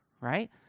right